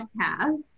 podcast